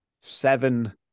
Seven